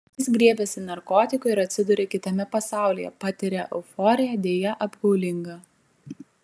jis griebiasi narkotikų ir atsiduria kitame pasaulyje patiria euforiją deja apgaulingą